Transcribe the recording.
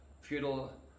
feudal